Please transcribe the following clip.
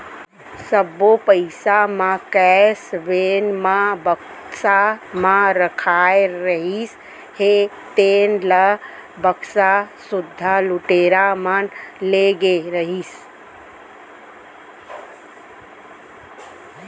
सब्बो पइसा म कैस वेन म बक्सा म रखाए रहिस हे तेन ल बक्सा सुद्धा लुटेरा मन ले गे रहिस